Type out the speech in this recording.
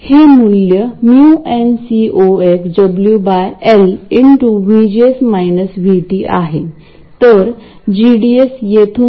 तसेच जर तुम्ही हे पाहिले तर हे मूळ कॉमन सोर्स ऍम्प्लिफायर आहे यात ट्रान्झिस्टर सिग्नल सोर्स आणि लोड हे सर्व आहे